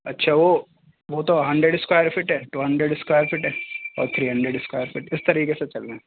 اچھا وہ وہ تو ہنڈریڈ اسکوائر فٹ ہے ٹو ہنڈریڈ اسکوائر فٹ ہے اور تھری ہنڈریڈ اسکوائر فٹ اس طریقے سے چل رہے ہیں